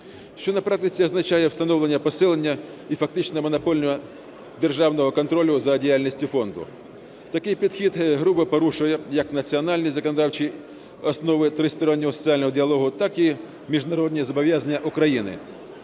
що на практиці означає встановлення посилення і фактично монопольного державного контролю за діяльністю фонду. Такий підхід грубе порушує як національні законодавчі основи тристороннього соціального діалогу, так і міжнародні зобов'язання України,